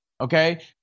Okay